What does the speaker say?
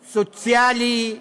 סוציאלי,